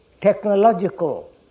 technological